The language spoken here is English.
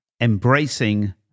embracing